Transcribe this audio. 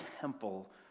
temple